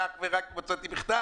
ואך ורק אם הוצאתי בכתב,